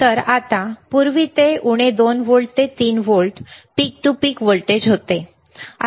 तर आता पूर्वी ते उणे 2 व्होल्ट ते 3 volt peak to peak voltage होते